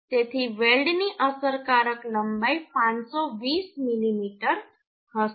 તેથી વેલ્ડની અસરકારક લંબાઈ 520 મીમી હશે